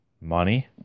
Money